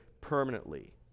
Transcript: permanently